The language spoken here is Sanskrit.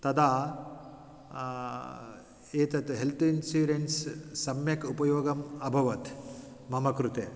तदा एतद् हेल्त् इन्शुरेन्स् सम्यक् उपयोगम् अभवत् मम कृते